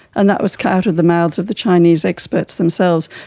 and that was out of the mouths of the chinese experts themselves.